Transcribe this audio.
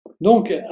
Donc